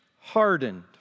hardened